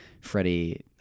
Freddie